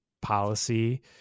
policy